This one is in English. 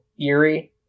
eerie